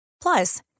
Plus